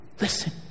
Listen